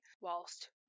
whilst